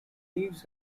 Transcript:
leaves